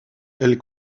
elles